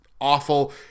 awful